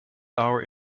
our